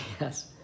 Yes